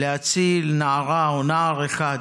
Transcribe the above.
להציל נערה או נער אחד,